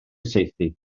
saethu